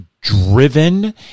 driven